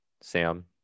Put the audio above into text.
Sam